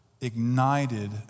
ignited